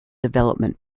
development